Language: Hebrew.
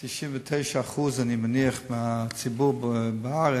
99%, אני מניח, מהציבור בארץ,